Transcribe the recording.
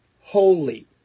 holy